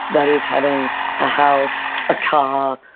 that is having a house, a car,